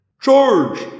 Charge